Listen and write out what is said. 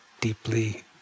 deeply